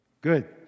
Good